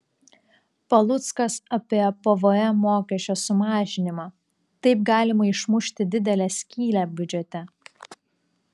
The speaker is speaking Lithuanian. paluckas apie pvm mokesčio sumažinimą taip galima išmušti didelę skylę biudžete